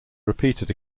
repeated